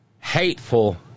Hateful